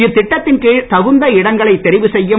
இத்திட்டத்தின் கீழ் தகுந்த இடங்களை தெரிவு செய்யும்